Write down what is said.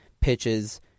pitches